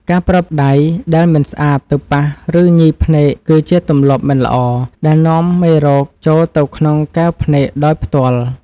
ការប្រើដៃដែលមិនស្អាតទៅប៉ះ ឬញីភ្នែកគឺជាទម្លាប់មិនល្អដែលនាំមេរោគចូលទៅក្នុងកែវភ្នែកដោយផ្ទាល់។